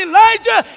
Elijah